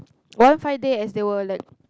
one fine day as they were like